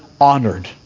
honored